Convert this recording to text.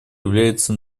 является